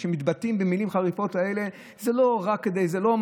כשמתבטאים במילים החריפות האלה, זה לא משהו